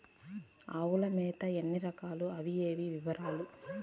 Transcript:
ఆవుల మేత ఎన్ని రకాలు? అవి ఏవి? వివరాలు?